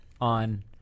on